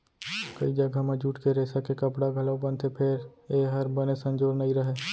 कइ जघा म जूट के रेसा के कपड़ा घलौ बनथे फेर ए हर बने संजोर नइ रहय